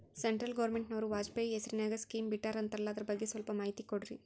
Central ಗವರ್ನಮೆಂಟನವರು ವಾಜಪೇಯಿ ಹೇಸಿರಿನಾಗ್ಯಾ scheme ಬಿಟ್ಟಾರಂತಲ್ಲ ಅದರ ಬಗ್ಗೆ ಸ್ವಲ್ಪ ಮಾಹಿತಿ ಕೊಡ್ರಿ?